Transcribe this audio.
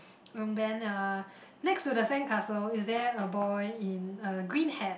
and then uh next to the sand castle is there a boy in a green hat